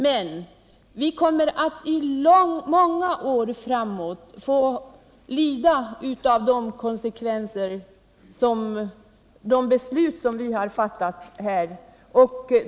Men vi kommer att i många år framåt få lida av konsekvenserna av de beslut som har fattats här.